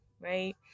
right